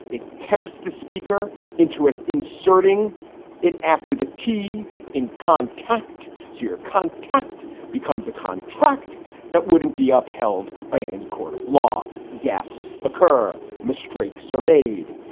it tempts the speaker into ah inserting it after the t in contact. so your contact becomes a contract that wouldn't be upheld by any court of law. gaffes occur. mistakes are made.